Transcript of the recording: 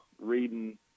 reading